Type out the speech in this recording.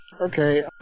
Okay